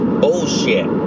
bullshit